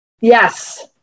Yes